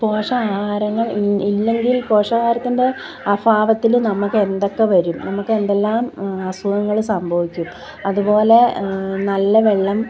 പോഷകാഹാരങ്ങൾ ഇല്ലെങ്കിൽ പോഷകാഹാരത്തിൻ്റെ അഭ അഭാവത്തിൽ നമുക്ക് എന്തൊക്കെ വരും നമക്കെന്തെല്ലാം അസുഖങ്ങൾ സംഭവിക്കും അതു പോലെ നല്ല വെള്ളം